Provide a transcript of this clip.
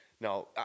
Now